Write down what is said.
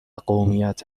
قومیت